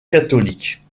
catholique